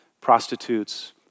prostitutes